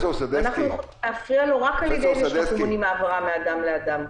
ואנחנו יכולים להפריע לו רק על ידי שאנחנו מונעים העברה מאדם לאדם.